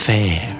Fair